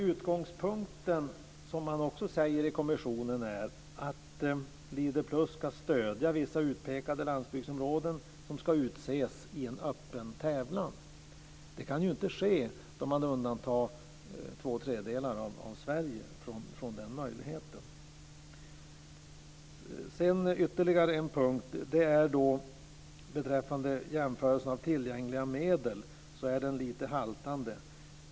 Utgångspunkten är, som man också säger i kommissionen, att Leader-plus ska stödja vissa utpekade landsbygdsområden som ska utses i en öppen tävlan. Det kan inte ske då man undantar två tredjedelar av Sverige från den möjligheten. Ytterligare en punkt gäller att jämförelsen av tillgängliga medel är lite haltande.